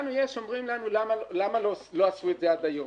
שואלים אותנו למה לא עשו את זה עד היום?